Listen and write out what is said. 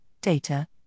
Data